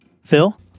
phil